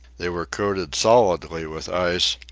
they were coated solidly with ice,